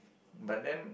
but then